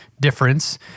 difference